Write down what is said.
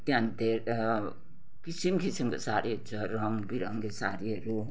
त्यहाँ धेर किसिम किसिमको साडीहरू छ रङ विरङ्गी साडीहरू